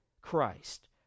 Christ